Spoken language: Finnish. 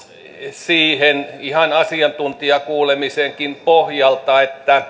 siihen ihan asiantuntijakuulemisenkin pohjalta että